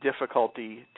difficulty